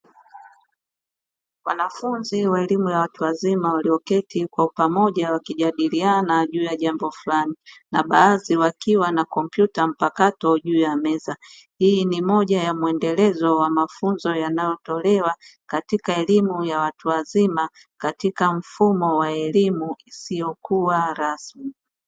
Wanafunzi wa elimu ya watu wazima walio keti kwa pamoja wakijadiliana juu ya jambo fulani na baadhi wakiwa na kompyuta mpakato juu ya meza, hii ni moja ya muendelezo wa mafunzo yanayotolewa katika elimu ya watu wazima katika mfumo wa elimu isiyokuwa rasmi.